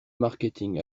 marketing